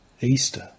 Easter